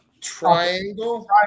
triangle